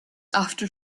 after